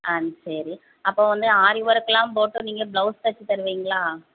ஆ சரி அப்போது வந்து ஆரி ஒர்க்கெல்லாம் போட்டு நீங்கள் ப்ளெவுஸ் தைச்சு தருவீங்களா